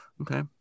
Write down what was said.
Okay